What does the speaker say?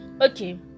okay